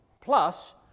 Plus